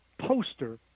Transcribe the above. poster